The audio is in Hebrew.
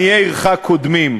עניי עירך קודמים".